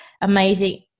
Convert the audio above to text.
amazing